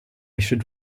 should